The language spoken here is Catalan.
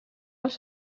els